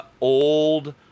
old